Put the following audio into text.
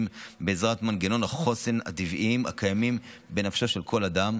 בעזרת מנגנוני החוסן הטבעיים הקיימים בנפשו של כל אדם.